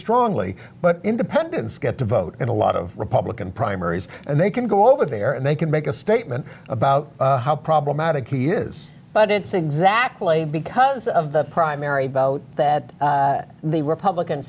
strongly but independents get to vote in a lot of republican primaries and they can go over there and they can make a statement about how problematic he is but it's exactly because of the primary bout that the republican